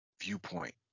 viewpoint